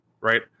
right